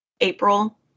April